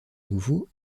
nouveau